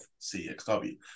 cxw